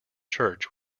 church